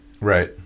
Right